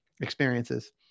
experiences